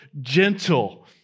gentle